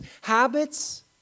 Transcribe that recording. habits